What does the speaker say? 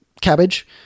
cabbage